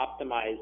optimize